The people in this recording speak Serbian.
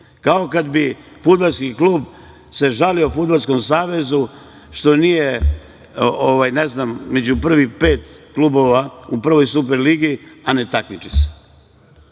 Kao kada bi se fudbalski klub žalio Fudbalskom savezu što nije među prvih pet klubova u prvoj super ligi, a ne takmiči se.